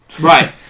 Right